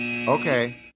Okay